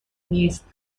نیست